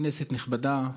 כנסת נכבדה,